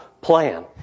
plan